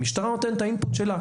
המשטרה נותנת את האינפוט שלה,